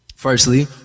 Firstly